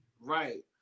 Right